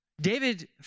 David